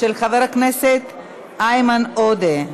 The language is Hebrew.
של חבר הכנסת איימן עודה.